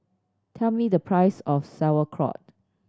tell me the price of Sauerkraut